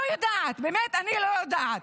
אני לא יודעת, באמת אני לא יודעת.